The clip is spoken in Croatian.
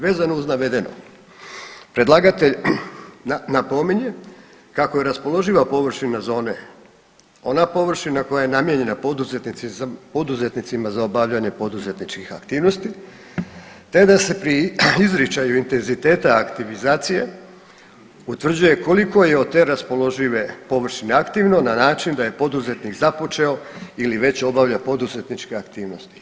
Vezano uz navedeno, predlagatelj napominje kako je raspoloživa površina zone ona površina koja je namijenjena poduzetnicima za obavljanje poduzetničkih aktivnosti te da se pri izričaju intenziteta aktivizacije utvrđuje koliko je od te raspoložive površine aktivno na način da je poduzetnik započeo ili već obavlja poduzetničke aktivnosti.